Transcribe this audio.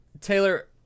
Taylor